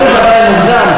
רצוי ודאי מוקדם.